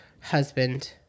husband